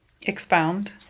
Expound